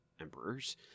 emperors